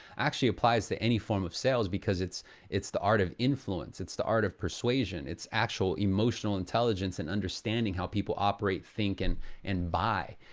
actually applies to any form of sales because it's it's the art of influence, it's the art of persuasion, it's actual emotional intelligence and understanding how people operate think and and buy.